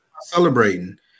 celebrating